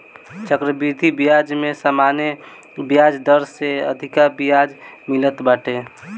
चक्रवृद्धि बियाज में सामान्य बियाज दर से अधिका बियाज मिलत बाटे